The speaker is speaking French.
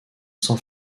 sans